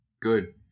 Good